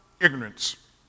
ignorance